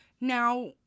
Now